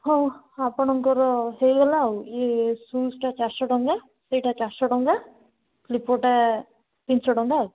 ହଉ ଆପଣଙ୍କର ହେଇଗଲା ଆଉ ଇଏ ସୁଜ୍ଟା ଚାରିଶହ ଟଙ୍କା ଏଇଟା ଚାରିଶହ ଟଙ୍କା ସ୍ଳିପର୍ଟା ତିନିଶହ ଟଙ୍କା ଆଉ